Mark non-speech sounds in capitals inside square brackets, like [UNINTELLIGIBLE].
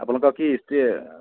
আপোনালোকৰ কি [UNINTELLIGIBLE]